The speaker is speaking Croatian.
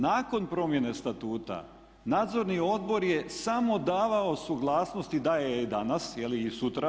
Nakon promjene Statuta Nadzorni odbor je samo davao suglasnost i daje je i danas, je li i sutra.